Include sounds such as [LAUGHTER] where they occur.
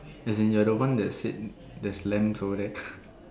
as in you're the one that said there's lambs over there [BREATH]